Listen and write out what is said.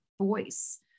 voice